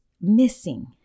missing